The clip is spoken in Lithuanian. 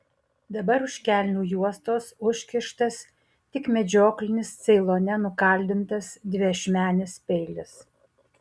dabar už kelnių juostos užkištas tik medžioklinis ceilone nukaldintas dviašmenis peilis